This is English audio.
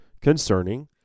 concerning